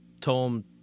Tom